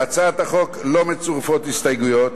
להצעת החוק לא מצורפות הסתייגויות,